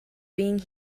being